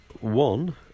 one